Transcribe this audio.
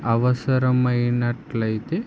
అవసరమైనట్లయితే